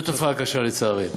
זאת תופעה קשה, לצערי.